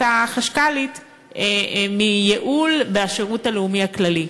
החשכ"לית לגבי ייעול בשירות הלאומי הכללי.